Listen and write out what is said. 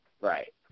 Right